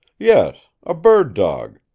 yes. a bird dawg.